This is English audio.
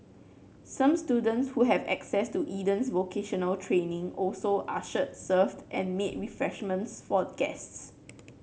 some students who have had access to Eden's vocational training also ushered served and made refreshments for guests